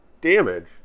damage